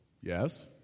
Yes